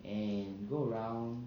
and go around